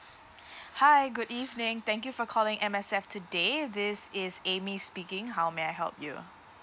hi good evening thank you for calling M_S_F today this is amy speaking how may I help you